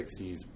1960s